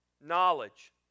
knowledge